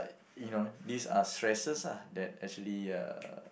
you know this are stresses lah that actually uh